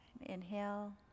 Inhale